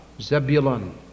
Zebulun